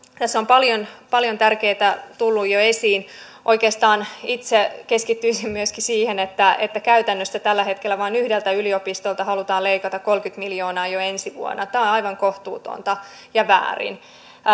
tässä on paljon paljon tärkeitä asioita tullut jo esiin oikeastaan itse keskittyisin myöskin siihen että että käytännössä tällä hetkellä vain yhdeltä yliopistolta halutaan leikata kolmekymmentä miljoonaa jo ensi vuonna tämä on aivan kohtuutonta ja väärin